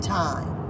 time